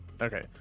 okay